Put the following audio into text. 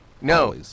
no